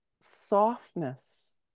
softness